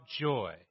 joy